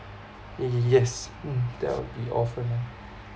yes that will be all for now